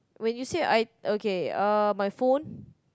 when you say I okay uh my phone